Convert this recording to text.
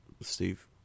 Steve